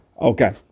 Okay